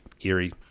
eerie